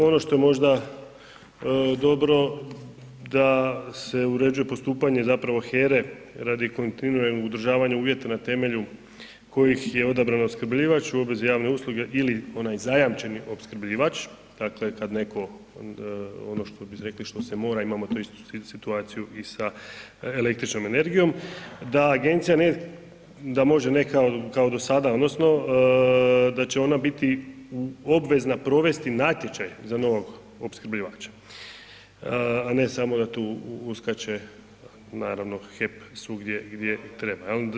Ono što je možda dobro da se uređuje postupanje zapravo HERA-e radi kontinuiranog održavanja uvjeta na temelju koji je odabran opskrbljivač u obvezi javne usluge ili onaj zajamčeni opskrbljivač, dakle kad netko ono što bi rekli, što se mora, imamo tu istu situaciju i sa električnom energijom, da agencija da može kao neka do sada odnosno da će ona biti obvezna provesti natječaj za novog opskrbljivača a ne samo da tu uskače naravno HEP svugdje gdje treba, jel'